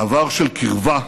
עבר של קרבה,